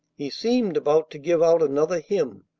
he seemed about to give out another hymn,